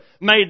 made